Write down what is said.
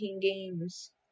games